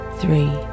three